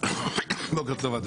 בוקר טוב.